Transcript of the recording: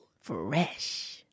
Fresh